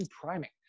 priming